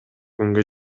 күнгө